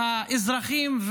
האזרחים,